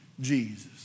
Jesus